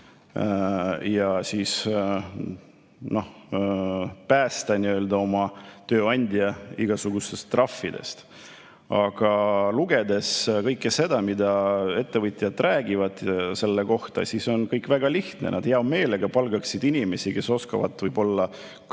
ja siis päästma oma tööandja igasugustest trahvidest. Aga lugedes kõike seda, mida ettevõtjad räägivad selle kohta, on kõik väga lihtne: nad hea meelega palkaksid inimesi, kes oskavad võib-olla